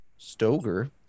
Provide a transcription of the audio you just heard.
Stoger